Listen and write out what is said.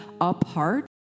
apart